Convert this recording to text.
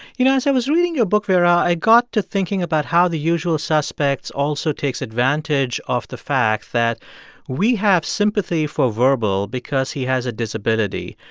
you know, as i was reading your book, vera, i got to thinking about how the usual suspects also takes advantage of the fact that we have sympathy for verbal because he has a disability.